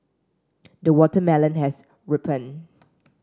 the watermelon has ripened